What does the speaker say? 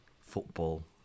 football